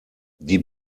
die